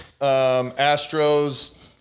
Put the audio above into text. Astros